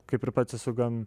kaip ir pats esu gan